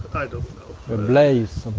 a blaze?